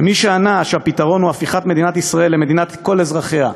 ומי שענה שהפתרון הוא הפיכת מדינת ישראל למדינת כל אזרחיה,